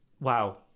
wow